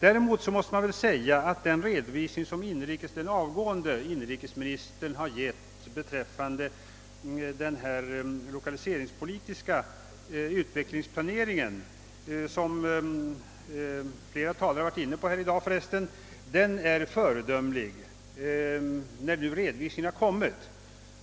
Däremot måste man säga att den redovisning, som förre inrikesministern lämnade innan han frånträdde sitt ämbete, beträffande den lokaliseringspolitiska utvecklingsplaneringen — vilken flera talare tidigare i dag har berört — är föredömlig.